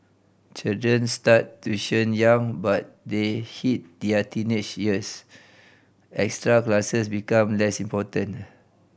children start tuition young but they hit their teenage years extra classes become less important